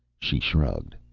she shrugged.